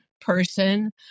person